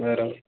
बरं